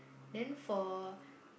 then for